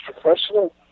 professional